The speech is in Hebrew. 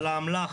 על האמל"ח,